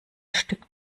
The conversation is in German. stück